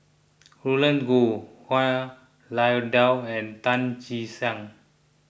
Roland Goh Han Lao Da and Tan Che Sang